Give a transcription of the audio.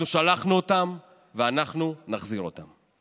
אנחנו שלחנו אותם ואנחנו נחזיר אותם.